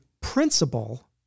principle